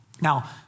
Now